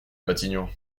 matignon